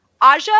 Aja